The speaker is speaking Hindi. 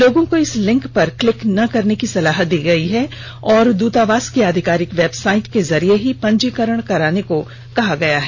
लोगों को इस लिंक पर क्लिक न करने की सलाह दी गई है और दूतावास की आधिकारिक वेबसाइट के जरिये ही पंजीकरण कराने को कहा गया है